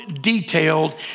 detailed